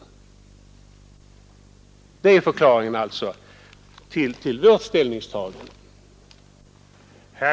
Det är förklaringen till vårt ställningstagande.